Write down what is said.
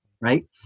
right